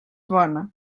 bona